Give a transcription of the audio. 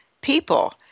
people